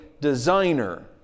designer